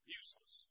useless